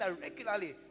regularly